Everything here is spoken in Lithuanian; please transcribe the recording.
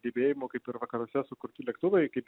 gebėjimų kaip ir vakaruose sukurti lėktuvai kaip